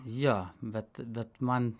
jo bet bet man